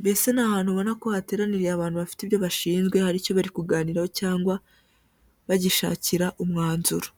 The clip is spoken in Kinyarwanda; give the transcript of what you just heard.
mbese ni ahantu ubona ko hateraniye abantu bafite ibyo bashinzwe hari icyo bari kuganiraho cyangwa bagishakira umwanzuro.